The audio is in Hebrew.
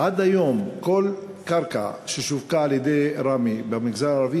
עד היום כל קרקע ששווקה על-ידי רמ"י במגזר הערבי